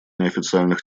неофициальных